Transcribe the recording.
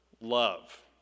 love